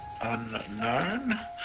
Unknown